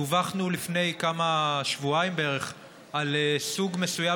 דֻֻווחנו לפני שבועיים בערך על סוג מסוים